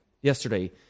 yesterday